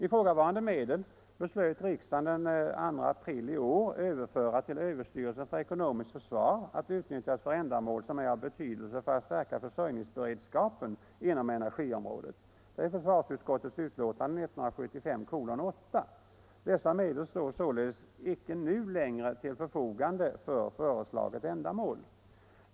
Ifrågavarande medel beslöt riksdagen den 2 april i år att överföra till överstyrelsen för ekonomiskt försvar att utnyttjas för ändamål som är av betydelse för att stärka försörjningsberedskapen inom energiområdet. Detta behandlas i försvarsutskottets betänkande 1975:8. Dessa medel står således nu icke längre till förfogande för föreslaget ändamål.